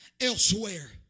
elsewhere